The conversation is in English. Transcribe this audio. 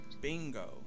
Bingo